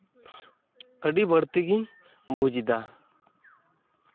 ᱟᱹᱰᱤ ᱵᱟᱹᱲᱛᱤ ᱜᱤᱧ ᱵᱩᱡᱽ ᱮᱫᱟ